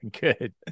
Good